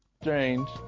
Strange